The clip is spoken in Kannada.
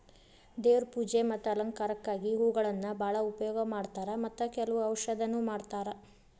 ದೇವ್ರ ಪೂಜೆ ಮತ್ತ ಅಲಂಕಾರಕ್ಕಾಗಿ ಹೂಗಳನ್ನಾ ಬಾಳ ಉಪಯೋಗ ಮಾಡತಾರ ಮತ್ತ ಕೆಲ್ವ ಔಷಧನು ಮಾಡತಾರ